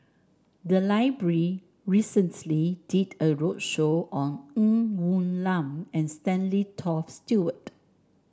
the library recently did a roadshow on Ng Woon Lam and Stanley Toft Stewart